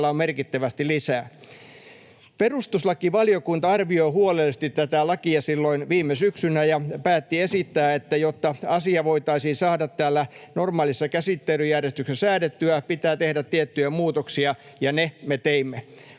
on merkittävästi lisää. Perustuslakivaliokunta arvioi huolellisesti tätä lakia silloin viime syksynä ja päätti esittää, että jotta asia voitaisiin saada täällä normaalissa käsittelyjärjestyksessä säädettyä, pitää tehdä tiettyjä muutoksia, ja ne me teimme.